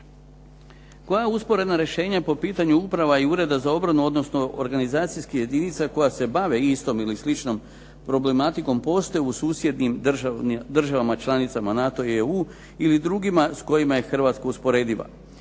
Koja usporena rješenja po pitanju uprava i Ureda za obranu, odnosno organizacijskih jedinica koja se bave istom ili sličnom problematikom postoje u susjednim državama NATO-a i EU ili drugima s kojima je Hrvatska usporediva.